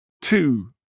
two